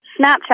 Snapchat